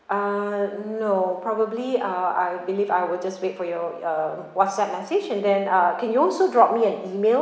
uh no probably uh I'll believe I'll just wait for your uh WhatsApp message and then uh can you also drop me an email